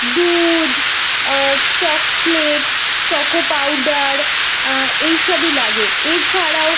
দুধ chocolate choco powder এই সবই লাগে এছাড়াও